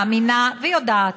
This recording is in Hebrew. מאמינה ויודעת